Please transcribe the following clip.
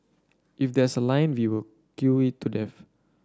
if there's a line we will queue it to death